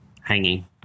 hanging